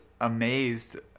amazed